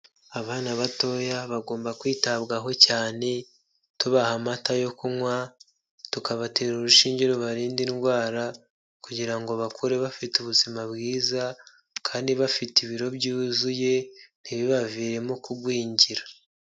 Abana batoya bagomba kwitabwaho cyane tubaha amata yo kunywa, tukabatera urushinge rubarinda indwara kugira ngo bakure bafite ubuzima bwiza kandi bafite ibiro byuzuye ntibibaviremo kugwingira.